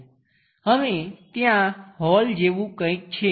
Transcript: હવે ત્યાં હોલ જેવું કંઈક છે